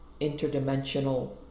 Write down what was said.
interdimensional